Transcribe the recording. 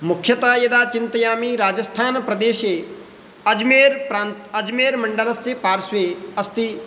मुख्यतया यदा चिन्तयामि राजस्थानप्रदेशे अजमेर्प्रा अजमेर्मण्डलस्य पार्श्वे अस्ति